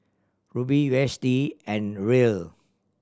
Ruble U S D and Riel